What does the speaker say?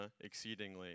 exceedingly